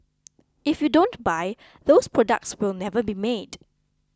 if you don't buy those products will never be made